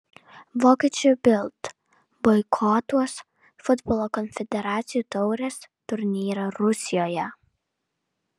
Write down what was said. vokiečių bild boikotuos futbolo konfederacijų taurės turnyrą rusijoje